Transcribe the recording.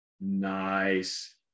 Nice